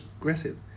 aggressive